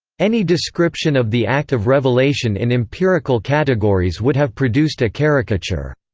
any description of the act of revelation in empirical categories would have produced a caricature.